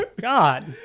God